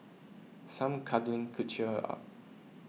some cuddling could cheer her up